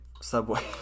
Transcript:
subway